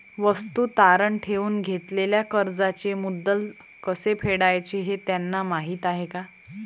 वस्तू तारण ठेवून घेतलेल्या कर्जाचे मुद्दल कसे फेडायचे हे त्यांना माहीत आहे का?